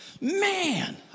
Man